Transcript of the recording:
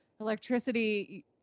Electricity